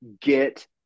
get